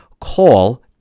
call